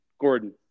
Gordon